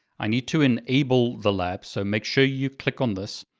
i need to enable the lab. so make sure you click on this.